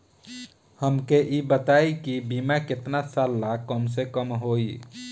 हमके ई बताई कि बीमा केतना साल ला कम से कम होई?